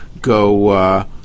go